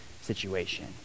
situation